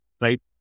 Right